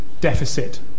deficit